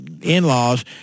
in-laws